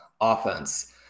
offense